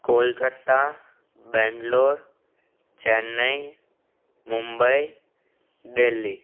Kolkata Bangalore Chennai Mumbai Delhi